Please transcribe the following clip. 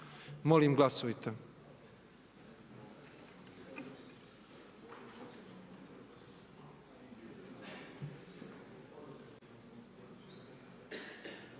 Molim glasujmo.